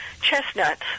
chestnuts